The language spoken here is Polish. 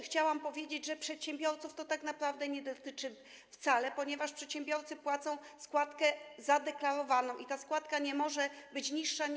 Chciałam też powiedzieć, że przedsiębiorców to tak naprawdę nie dotyczy wcale, ponieważ przedsiębiorcy płacą składkę zadeklarowaną i ta składka nie może być niższa niż.